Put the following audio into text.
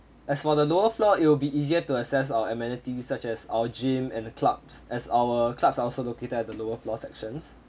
as for the lower floor it will be easier to access our amenities such as our gym and the clubs as our clubs are also located at the lower floor sections